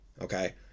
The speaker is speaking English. Okay